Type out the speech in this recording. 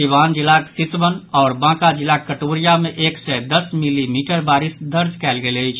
सिवान जिलाक सिसवन आओर बांका जिलाक कटोरिया मे एक सय दस मिलीमीटर बारिश दर्ज कयल गेल अछि